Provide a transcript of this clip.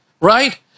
right